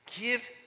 Give